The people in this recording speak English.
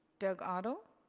doug otto?